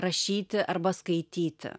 rašyti arba skaityti